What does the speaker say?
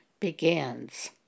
begins